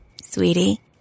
Sweetie